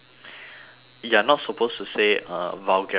you're not supposed to say uh vulgarities